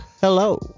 hello